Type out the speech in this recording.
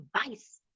advice